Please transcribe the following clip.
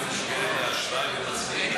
במסגרת האשראי,